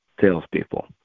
salespeople